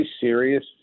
serious